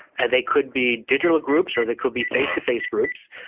and they could be digital groups or they could be face-to-face groups.